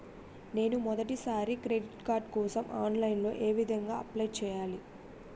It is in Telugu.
నేను మొదటిసారి క్రెడిట్ కార్డ్ కోసం ఆన్లైన్ లో ఏ విధంగా అప్లై చేయాలి?